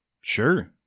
Sure